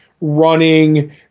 running